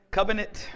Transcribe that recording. Covenant